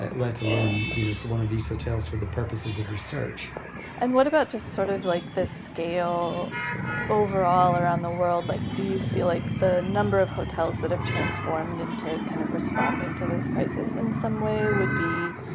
let alone you know to one of these hotels for the purposes of research and what about just sort of like the scale overall around the world? like do you feel like the number of hotels that have transformed into kind of responding to this crisis in some way would be